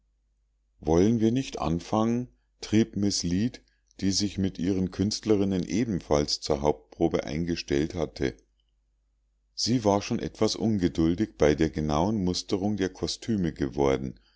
wollen wir nicht anfangen trieb miß lead die sich mit ihren künstlerinnen ebenfalls zur hauptprobe eingestellt hatte sie war schon etwas ungeduldig bei der genauen musterung der kostüme geworden